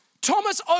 Thomas